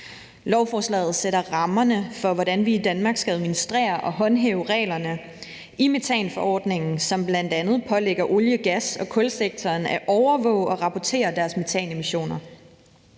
Lovforslaget sætter rammerne for, hvordan vi i Danmark skal administrere og håndhæve reglerne i metanforordningen, som bl.a. pålægger olie-, gas- og kulsektoren at overvåge og rapportere deres metanemissioner.